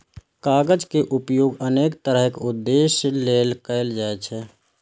कागज के उपयोग अनेक तरहक उद्देश्य लेल कैल जाइ छै